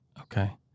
Okay